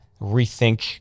rethink